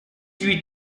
huit